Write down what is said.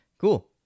Cool